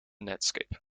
netscape